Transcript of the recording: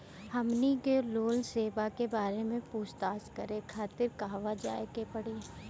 हमनी के लोन सेबा के बारे में पूछताछ करे खातिर कहवा जाए के पड़ी?